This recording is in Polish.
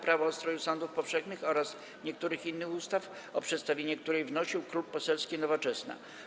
Prawo o ustroju sądów powszechnych oraz niektórych innych ustaw, o której przedstawienie wnosił Klub Poselski Nowoczesna.